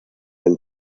del